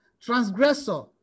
transgressor